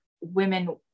women